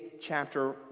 chapter